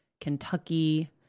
Kentucky